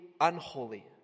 unholy